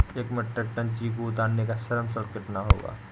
एक metric tonne चीकू उतारने का श्रम शुल्क कितना होगा?